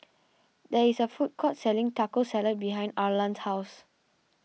there is a food court selling Taco Salad behind Arlan's house